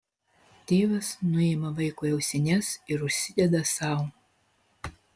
tėvas nuima vaikui ausines ir užsideda sau